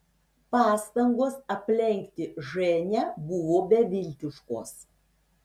pastangos aplenkti ženią buvo beviltiškos